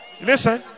Listen